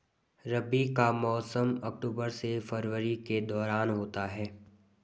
रबी का मौसम अक्टूबर से फरवरी के दौरान होता है